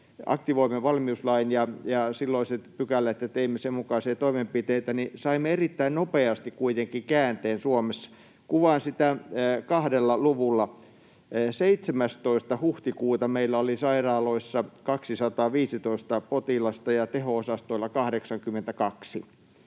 aktivoimme valmiuslain ja silloiset pykälät ja teimme sen mukaisia toimenpiteitä, saimme kuitenkin erittäin nopeasti käänteen Suomessa. Kuvaan sitä kahdella luvulla: 17. huhtikuuta meillä oli sairaaloissa 215 potilasta ja teho-osastoilla 82,